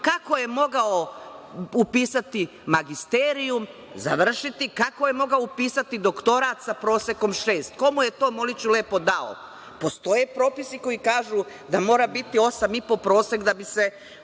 kako je mogao upisati magisterijum, završiti, kako je mogao upisati doktorat sa prosekom šest? Ko mu je to, moliću lepo, dao? Postoje propisi koji kažu da mora biti 8,5 prosek da bi se